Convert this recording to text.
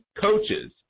coaches